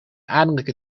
adellijke